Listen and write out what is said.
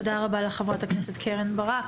תודה רבה, חברת הכנסת קרן ברק.